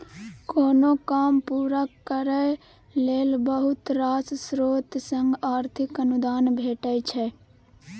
कोनो काम पूरा करय लेल बहुत रास स्रोत सँ आर्थिक अनुदान भेटय छै